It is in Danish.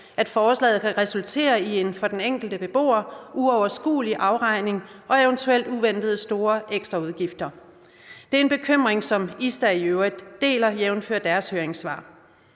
at forslaget kan resultere i en for den enkelte beboer uoverskuelig afregning og eventuelt uventet store ekstraudgifter. Det er en bekymring, som ista i øvrigt deler, jævnfør deres høringssvar.